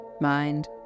mind